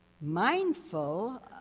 mindful